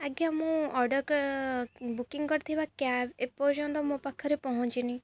ଆଜ୍ଞା ମୁଁ order booking କରିଥିବା କ୍ୟାବ୍ ଏପର୍ଯ୍ୟନ୍ତ ମୋ ପାଖରେ ପହଞ୍ଚିନି